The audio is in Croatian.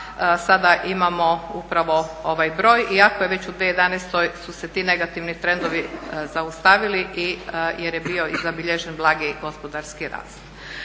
sada imamo upravo ovaj broj, iako je već u 2011. su se ti negativni trendovi zaustavili jer je bio zabilježen blagi gospodarski rast.